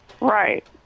Right